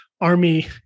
army